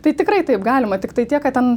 tai tikrai taip galima tiktai tiek kad ten